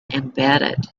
embedded